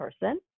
person